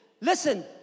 Listen